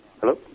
Hello